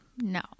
No